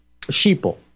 sheeple